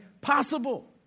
possible